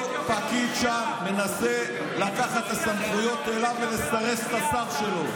כל פקיד שם מנסה לקחת את הסמכויות אליו ולסרס את השר שלו,